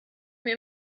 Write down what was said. mir